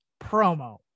promo